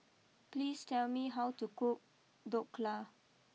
please tell me how to cook Dhokla